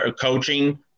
coaching